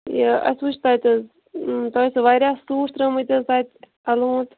یہ اسہِ وُچھ تتہِ اۭں تۄہہِ چھُو واریاہ سوٗٹ ترٲے مٕتۍ حَظ تتہِ الونٛد